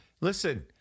Listen